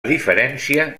diferència